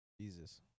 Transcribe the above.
Jesus